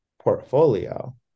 portfolio